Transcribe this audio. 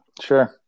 Sure